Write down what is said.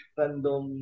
random